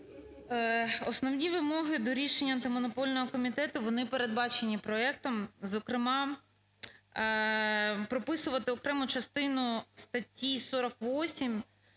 Основні вимоги до рішення Антимонопольного комітету, вони передбачені проектом, зокрема прописувати окрему частину статті 48,